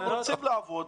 מצוינות.